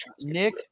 Nick